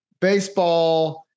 baseball